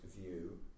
view